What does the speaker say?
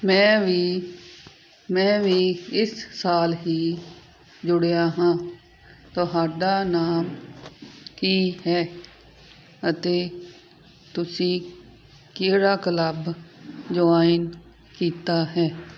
ਮੈਂ ਵੀ ਮੈਂ ਵੀ ਇਸ ਸਾਲ ਹੀ ਜੁੜਿਆ ਹਾਂ ਤੁਹਾਡਾ ਨਾਮ ਕੀ ਹੈ ਅਤੇ ਤੁਸੀਂ ਕਿਹੜਾ ਕਲੱਬ ਜੁਆਇਨ ਕੀਤਾ ਹੈ